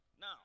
Now